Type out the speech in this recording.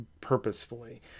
purposefully